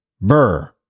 Burr